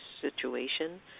situation